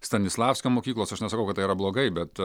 stanislavskio mokyklos aš nesakau kad tai yra blogai bet